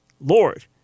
Lord